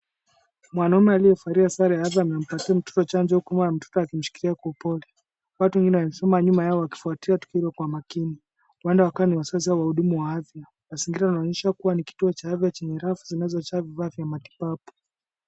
Mwanaume aliyevalia sare ya arsenal anampatia mtoto chanjo huku mtoto akishikilia kwa upole. Watu wawili wamesimama nyuma yao wakifuatilia tukio hilo kwa umakini. Huenda wakawa ni wazazi au wahudumu ya afya. Mazingira yanaonyesha kuwa ni kituo cha afya chenye rafu zinazojaa vifaa vya matibabu.